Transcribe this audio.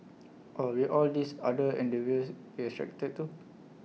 or will all these other endeavours be restricted too